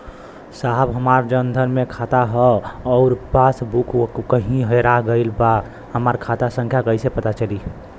साहब हमार जन धन मे खाता ह अउर पास बुक कहीं हेरा गईल बा हमार खाता संख्या कईसे पता चली?